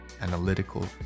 analytical